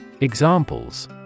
Examples